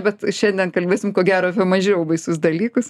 bet šiandien kalbėsim ko gero apie mažiau baisius dalykus